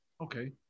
okay